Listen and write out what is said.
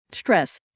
stress